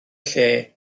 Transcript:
lle